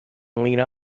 lena